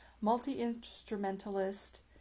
multi-instrumentalist